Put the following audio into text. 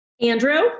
Andrew